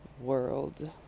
world